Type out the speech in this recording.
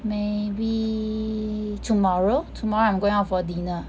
maybe tomorrow tomorrow I'm going out for dinner